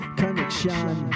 connection